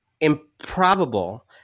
improbable